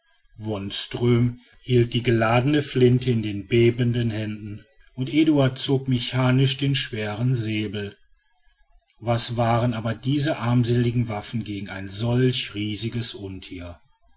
wonström hielt die geladene flinte in den bebenden händen und eduard zog mechanisch den schweren säbel was waren aber diese armseligen waffen gegen ein solches riesiges untier